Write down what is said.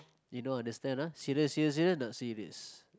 you don't understand ah serious serious serious not serious